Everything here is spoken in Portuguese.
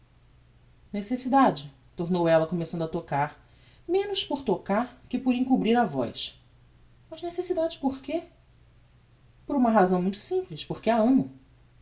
era necessidade necessidade tornou ella começando a tocar menos por tocar que por encobrir a voz mas necessidade por que por uma razão muito simples porque a amo